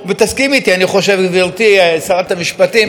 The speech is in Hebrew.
אני חושב,